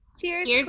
cheers